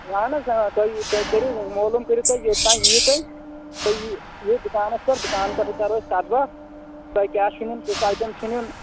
اہَن حظ آ تۄہہِ تۄہہِ کٔرِو مولوٗم کٔرِو یوٚتانۍ یِیِو تُہۍ تُہۍ یہِ یِیِو دُکانَس پٮ۪ٹھ دُکان پٮ۪ٹھٕے کَرو أسۍ کَتھ باتھ تۄہہِ کیٛاہ چھِ نیُٚن کُس آیٹَم چھِ نیُٚن